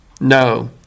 No